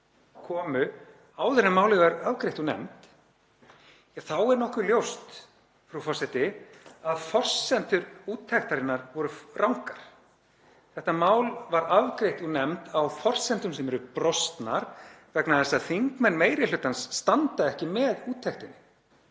áður en málið var afgreitt úr nefnd, þá er nokkuð ljóst, frú forseti, að forsendur úttektarinnar voru rangar. Þetta mál var afgreitt úr nefnd á forsendum sem eru brostnar vegna þess að þingmenn meiri hlutans standa ekki með úttektinni.